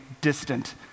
distant